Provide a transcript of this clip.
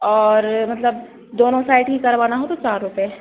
और मतलब दोनों साइड की करवाना हो तो चार रुपये